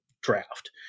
draft